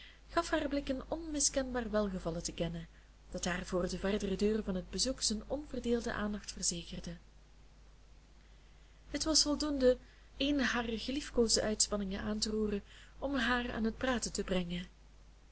gaf haar blik een onmiskenbaar welgevallen te kennen dat haar voor den verderen duur van het bezoek zijn onverdeelde aandacht verzekerde het was voldoende een harer geliefkoosde uitspanningen aan te roeren om haar aan het praten te brengen